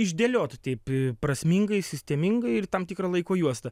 išdėliot taip prasmingai sistemingai ir tam tikra laiko juosta